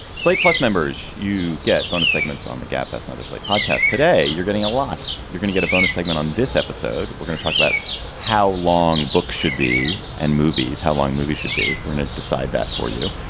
slate plus members you get bonus segments on the gap that's another slate podcast today. you're getting a lot. you're going to get a bonus segment on this episode. we're going to talk about how long books should be and movies how long movies should be. we're not ah decide that for you.